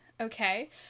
okay